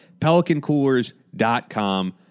PelicanCoolers.com